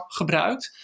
gebruikt